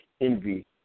Envy